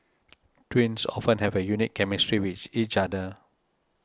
twins often have a unique chemistry with each other